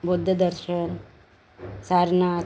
बुद्धदर्शन Sarnath